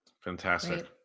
Fantastic